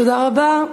תודה רבה.